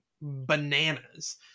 bananas